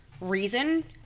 reason